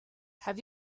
have